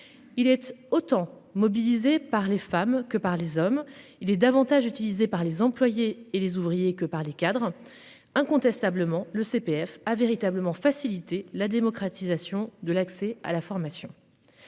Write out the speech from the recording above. Il est autant mobilisés par les femmes que par les hommes. Il est davantage utilisé par les employés et les ouvriers que par les cadres incontestablement le CPF a véritablement faciliter la démocratisation de l'accès à la formation.